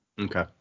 Okay